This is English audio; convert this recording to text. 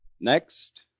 Next